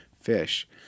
fish